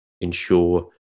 ensure